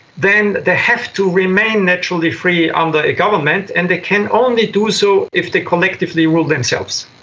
then they have to remain naturally free under a government and they can only do so if they collectively rule themselves.